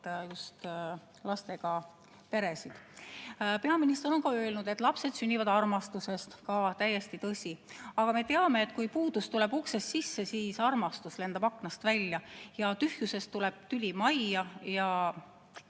just lastega peresid. Peaminister on ka öelnud, et lapsed sünnivad armastusest. Ka täiesti tõsi. Aga me teame, et kui puudus tuleb uksest sisse, siis armastus lendab aknast välja ja tühjusest tuleb tüli majja.